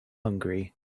hungry